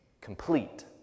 complete